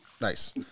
Nice